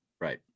Right